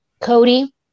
Cody